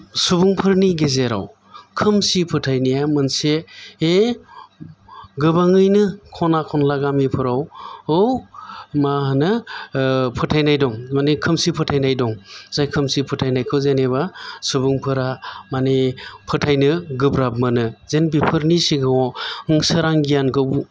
सुबुंफोरनि गेजेराव खोमसि फोथायनाया मोनसे गोबाङैनो खना खनला गामिफोराव मा होनो फोथायनाय दं माने खोमसि फोथायनाय दं जाय खोमसि फोथायनायखौ जेनेबा सुबुंफोरा माने फोथायनो गोब्राब मोनो जेन बेफोरनि सिगाङाव सोरां गियानखौ